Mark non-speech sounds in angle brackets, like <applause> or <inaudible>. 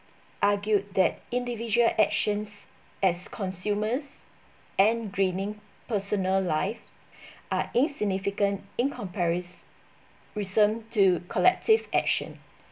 argued that individual actions as consumers and greening personal life <breath> are insignificant in comparis~ ~rison to collective action